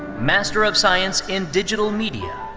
master of science in digital media.